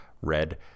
Red